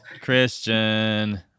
Christian